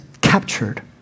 captured